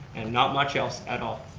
and not much else at all.